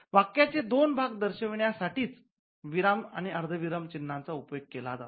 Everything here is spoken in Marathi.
वाक्याचे दोन भाग दर्शविण्या साठीच विराम आणि अर्धा विराम चिन्हाचा उपयोग केला जातो